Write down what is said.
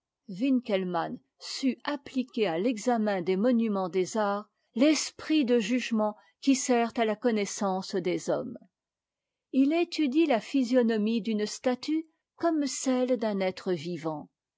winckelmann sut appliquer à l'examen des monuments des arts l'esprit de jugement qui sert à la connaissance des hommes il étudie a physionomie d'une statue comme celle d'un être vivant